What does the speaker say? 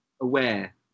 aware